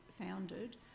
founded